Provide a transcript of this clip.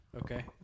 Okay